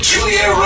Julia